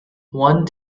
one